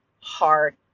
hard